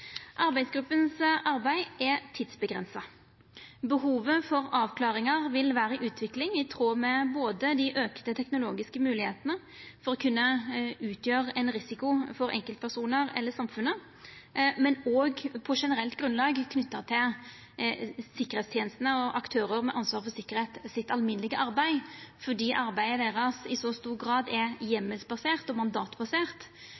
er tidsavgrensa. Behovet for avklaringar vil vera i utvikling, i tråd med dei auka teknologiske moglegheitene for å kunna utgjera ein risiko for enkeltpersonar eller samfunnet og på generelt grunnlag, knytt til sikkerheitstenestene og aktørane med ansvar for sikkerheit sitt alminnelege arbeid, fordi arbeidet deira i så stor grad er